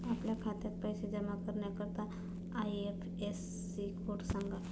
आपल्या खात्यात पैसे जमा करण्याकरता आय.एफ.एस.सी कोड सांगा